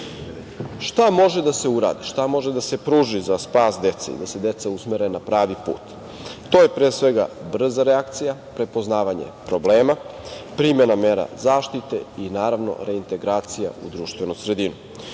može da se uradi, šta može da se pruži za spas dece i da se deca usmere na pravi put? To je brza reakcija, prepoznavanje problema, primena mera zaštite i, naravno, reintegracija u društvenu sredinu.